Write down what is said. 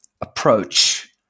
approach